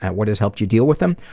what has helped you deal with them?